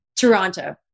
Toronto